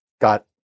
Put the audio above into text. got